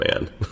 man